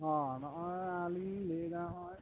ᱦᱮᱸ ᱱᱚᱜᱚᱭ ᱟᱹᱞᱤᱧ ᱞᱤᱧ ᱞᱟᱹᱭ ᱮᱫᱟ ᱦᱚᱜ ᱚᱭ